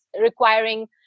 requiring